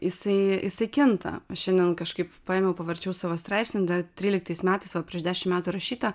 jisai jisai kinta šiandien kažkaip paėmiau pavarčiau savo straipsnį dar tryliktais metais va prieš dešimt metų rašytą